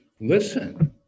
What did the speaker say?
listen